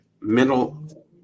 mental